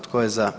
Tko je za?